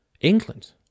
England